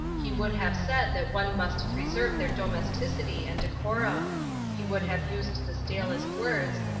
he would have said that one must preserve their domesticity and decorum he would have used the stalest words,